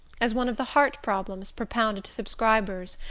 as one of the heart problems propounded to subscribers,